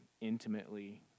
intimately